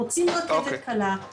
רוצים רכבת קלה,